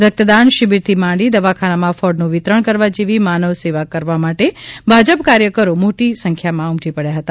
રક્તદાન શિબિરથી માંડી દવાખાનામાં ફળનું વિતરણ કરવા જેવી માનવસેવા કરવા માટે ભાજપ કાર્યકરો ઉમટી પડ્યા હતા